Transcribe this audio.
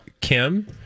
Kim